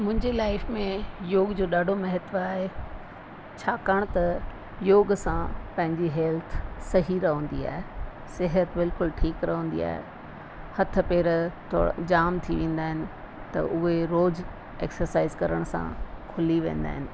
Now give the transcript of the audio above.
मुंहिंजे लाइफ़ में योग जो ॾाढो महत्व आहे छाकाणि त योग सां पंहिंजी हेल्थ सही रहंदी आहे सिहत बिल्कुलु ठीकु रहंदी आहे हथ पेर थोरा जामु थी वेंदा आहिनि त उहे रोज़ु एक्सरसाइज़ करण सां खुली वेंदा आहिनि